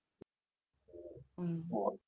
mm